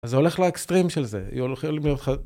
אז זה הולך לאקסטרים של זה...